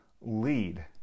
lead